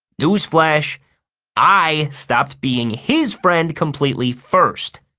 news flash i stopped being his friend completely first!